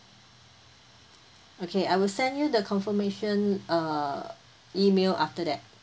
okay I will send you the confirmation uh email after that